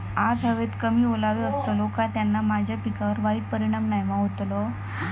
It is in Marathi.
आज हवेत कमी ओलावो असतलो काय त्याना माझ्या पिकावर वाईट परिणाम नाय ना व्हतलो?